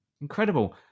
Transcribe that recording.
Incredible